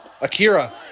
Akira